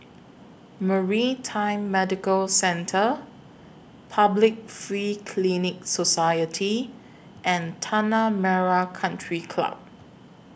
Maritime Medical Centre Public Free Clinic Society and Tanah Merah Country Club